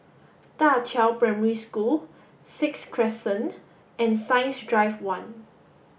Da Qiao Primary School Sixth Crescent and Science Drive one